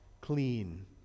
clean